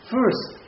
First